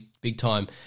big-time